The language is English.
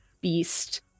beast